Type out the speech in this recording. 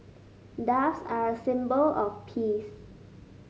doves are a symbol of peace